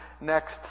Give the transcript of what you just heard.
next